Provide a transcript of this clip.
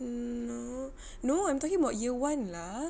no no I'm talking about year one lah